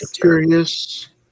curious